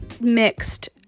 mixed